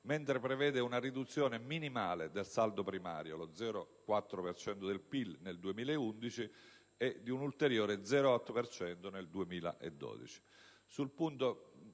mentre prevede una riduzione minimale del saldo primario, lo 0,4 per cento del PIL, nel 2011, e di un ulteriore 0,8 per cento